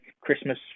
Christmas